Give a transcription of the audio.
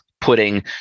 putting